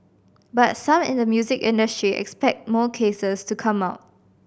but some in the music industry expect more cases to come out